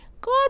god